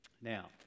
Now